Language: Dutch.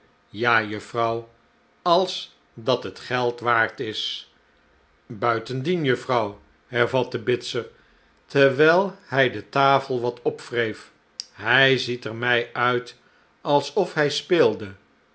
ja juffrouw als dat het geld waard is buitendien juffrouw hervatte bitzer terwijl hij de tafel wat opwreef hij ziet er mij uit alsof hij speelde